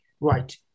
right